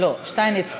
לא, שטייניץ כאן,